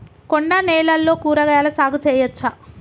కొండ నేలల్లో కూరగాయల సాగు చేయచ్చా?